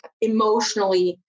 emotionally